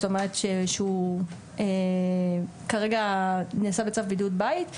זאת אומרת שכרגע נעשה בצו בידוד בית,